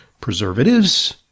preservatives